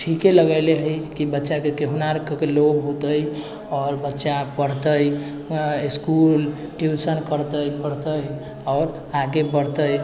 ठीके लगेले हइ कि बच्चाके कहुना आरके लोभ हेतै आओर बच्चा पढ़तै इसकुल ट्यूशन करतै पढ़तै आओर आगे बढ़तै